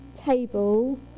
table